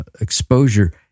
exposure